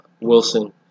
Wilson